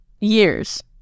years